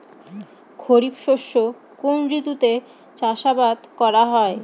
খরিফ শস্য কোন ঋতুতে চাষাবাদ করা হয়?